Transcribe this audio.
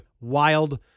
wild